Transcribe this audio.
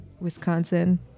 Wisconsin